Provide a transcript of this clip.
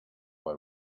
boy